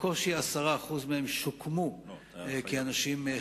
בקושי 10% מהם שוקמו כחקלאים.